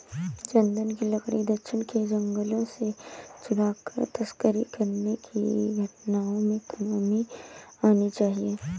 चन्दन की लकड़ी दक्षिण के जंगलों से चुराकर तस्करी करने की घटनाओं में कमी आनी चाहिए